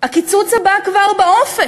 הקיצוץ הבא כבר באופק.